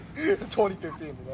2015